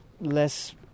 less